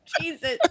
Jesus